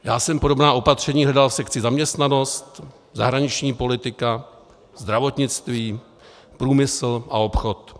Já jsem podobná opatření hledal v sekci zaměstnanost, zahraniční politika, zdravotnictví, průmysl a obchod.